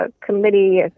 committee